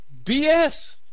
BS